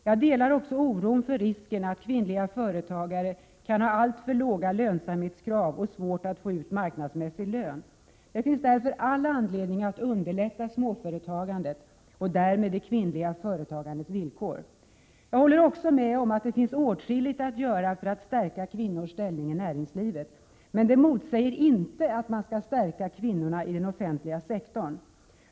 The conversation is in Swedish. Jag delar också oron för risken att kvinnliga företagare kan ha alltför låga lönsamhetskrav och att de kan ha svårt att få ut marknadsmässig lön. Det finns därför all anledning att underlätta småföretagandet och därmed det kvinnliga företagandets villkor. Jag håller också med om att det finns åtskilligt att göra för att stärka kvinnors ställning i näringslivet. Men det motsäger inte att man skall stärka kvinnorna i den offentliga sektorn.